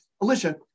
Alicia